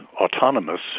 autonomous